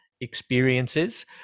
experiences